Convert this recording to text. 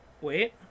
wait